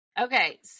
okay